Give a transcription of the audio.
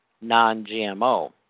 non-GMO